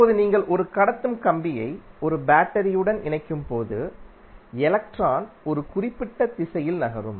இப்போது நீங்கள் ஒரு கடத்தும் கம்பியை ஒரு பேட்டரி உடன் இணைக்கும்போது எலக்ட்ரான் ஒரு குறிப்பிட்ட திசையில் நகரும்